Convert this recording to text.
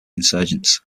insurgents